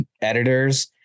editors